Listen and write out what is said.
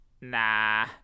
nah